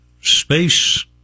space